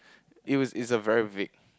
it was it's a very vague